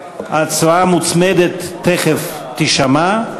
ההצעה המוצמדת תכף תישמע.